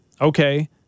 okay